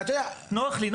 נוח לי,